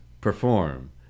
Perform